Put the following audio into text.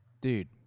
dude